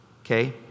okay